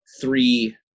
three